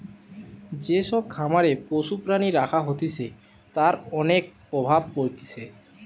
যে সব খামারে পশু প্রাণী রাখা হতিছে তার অনেক প্রভাব পড়তিছে